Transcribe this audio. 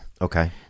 okay